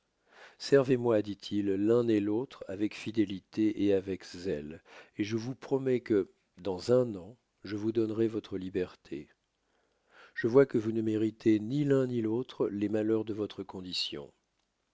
servez moi l'un et l'autre avec fidélité et avec zèle et je vous promets que dans un an je vous donnerai votre liberté je vois que vous ne méritez ni l'un ni l'autre les malheurs de votre condition